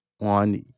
on